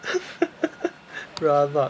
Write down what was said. rabak